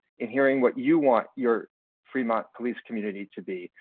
in hearing what you want your fremont police community to be,